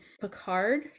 Picard